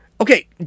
Okay